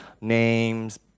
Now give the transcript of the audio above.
names